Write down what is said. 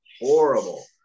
horrible